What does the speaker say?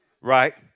right